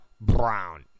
Brown